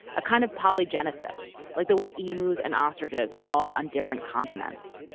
a kind of polygenesis, like the way emus and ostriches evolved on different continents.